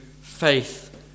faith